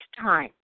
time